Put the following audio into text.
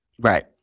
Right